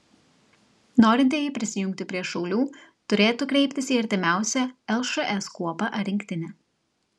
norintieji prisijungti prie šaulių turėtų kreiptis į artimiausią lšs kuopą ar rinktinę